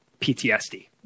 PTSD